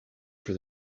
for